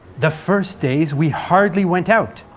the first days we hardly went out,